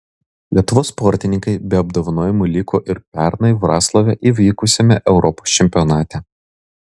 lietuvos sportininkai be apdovanojimų liko ir pernai vroclave įvykusiame europos čempionate